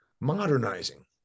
modernizing